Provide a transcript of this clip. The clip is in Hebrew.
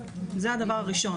זה הדבר הראשון.